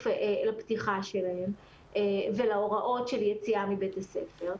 לפתיחה שלהם ולהוראות של יציאה מבית הספר,